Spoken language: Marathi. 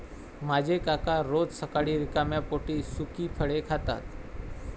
माझे काका रोज सकाळी रिकाम्या पोटी सुकी फळे खातात